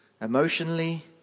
emotionally